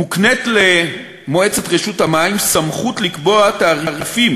מוקנית למועצת רשות המים סמכות לקבוע תעריפים